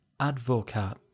Advocat